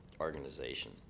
organization